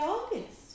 August